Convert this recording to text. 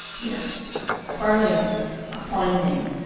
yes barlaensis a fine name.